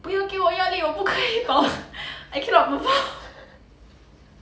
不要给我压力我不可以 I cannot perform